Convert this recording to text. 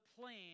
plan